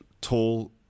tall